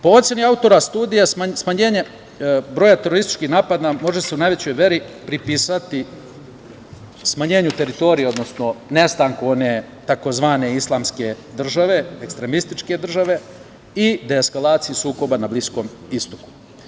Po oceni autora studije, smanjenje broja terorističkih napada može se u najvećoj meri prepisati smanjenju teritorije, odnosno nestanku one tzv. islamske države, ekstremističke države i deskalacije sukoba na Bliskom istoku.